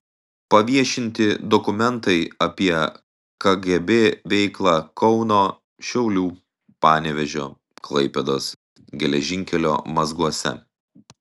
paviešinti dokumentai apie kgb veiklą kauno šiaulių panevėžio klaipėdos geležinkelio mazguose